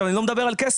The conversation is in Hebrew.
אני לא מדבר על כסף.